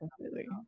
completely